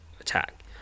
attack